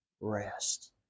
rest